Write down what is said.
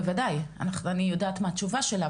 בוודאי, אני יודעת מה התשובה שלה.